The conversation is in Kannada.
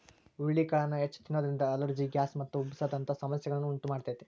ಹುರಳಿಕಾಳನ್ನ ಹೆಚ್ಚ್ ತಿನ್ನೋದ್ರಿಂದ ಅಲರ್ಜಿ, ಗ್ಯಾಸ್ ಮತ್ತು ಉಬ್ಬಸ ದಂತ ಸಮಸ್ಯೆಗಳನ್ನ ಉಂಟಮಾಡ್ತೇತಿ